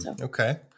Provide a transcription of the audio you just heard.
Okay